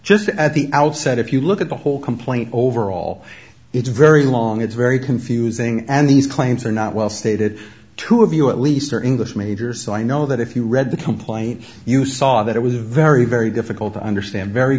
just at the outset if you look at the whole complaint overall it's very long it's very confusing and these claims are not well stated two of you at least are english majors so i know that if you read the complaint you saw that it was a very very difficult to understand very